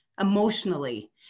emotionally